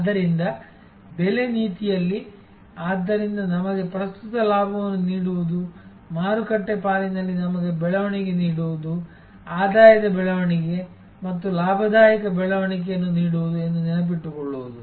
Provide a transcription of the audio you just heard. ಆದ್ದರಿಂದ ಬೆಲೆ ನೀತಿಯಲ್ಲಿ ಆದ್ದರಿಂದ ನಮಗೆ ಪ್ರಸ್ತುತ ಲಾಭವನ್ನು ನೀಡುವುದು ಮಾರುಕಟ್ಟೆ ಪಾಲಿನಲ್ಲಿ ನಮಗೆ ಬೆಳವಣಿಗೆ ನೀಡುವುದು ಆದಾಯದ ಬೆಳವಣಿಗೆ ಮತ್ತು ಲಾಭದಾಯಕ ಬೆಳವಣಿಗೆಯನ್ನು ನೀಡುವುದು ಎಂದು ನೆನಪಿಟ್ಟುಕೊಳ್ಳುವುದು